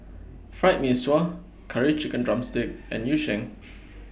Fried Mee Sua Curry Chicken Drumstick and Yu Sheng